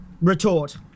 retort